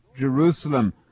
Jerusalem